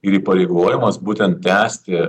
ir įpareigojimas būtent tęsti